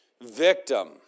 victim